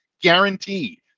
guaranteed